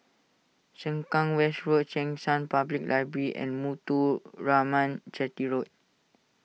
Sengkang West Road Cheng San Public Library and Muthuraman Chetty Road